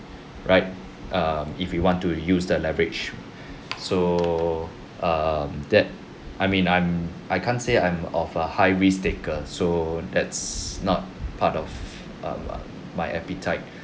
right um if you want to use the leverage so uh that I mean I'm I can't say I am a high risk taker so it's not part of my appetite